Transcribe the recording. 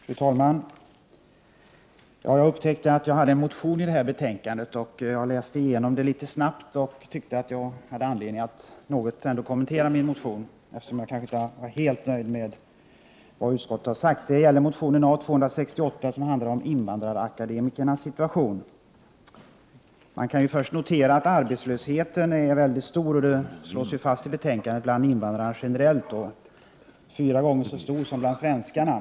Fru talman! Jag upptäckte att jag hade en motion i det här betänkandet. Efter att ha läst igenom betänkandet litet snabbt fann jag att jag hade anledning att något kommentera min motion. Jag var nämligen inte helt nöjd med utskottets skrivning. Det rör sig om motion 1988/89:A268, som handlar om invandrarakademikernas situation. Man kan först notera att arbetslösheten bland invandrarna är mycket stor. Det slås ju fast i betänkandet att arbetslösheten bland invandrarna generellt är fyra gånger så stor som bland svenskarna.